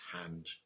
hand